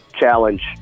Challenge